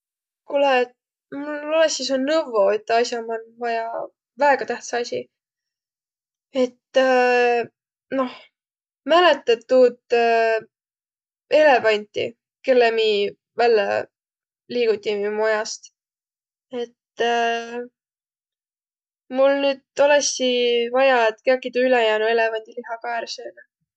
Kuulõq, mul olõsi su nõvvo üte as'a man vajja, väega tähtsä asi. Et noh, mäletät tuud elevanti, kelle mi vällä liigutimi mu majast? Et mul olõs nüüd vajja, et kiäki tuu ülejäänü elevandiliha kah ärq söönüq.